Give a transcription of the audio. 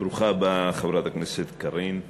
ברוכה הבאה, חברת הכנסת קארין אלהרר.